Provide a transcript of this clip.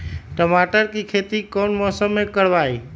टमाटर की खेती कौन मौसम में करवाई?